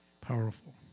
Powerful